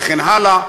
וכן הלאה.